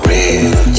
Real